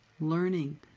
learning